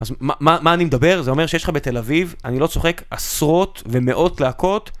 אז מה אני מדבר, זה אומר שיש לך בתל אביב, אני לא צוחק עשרות ומאות להקות.